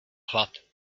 hlad